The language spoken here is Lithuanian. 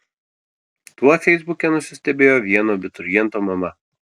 tuo feisbuke nusistebėjo vieno abituriento mama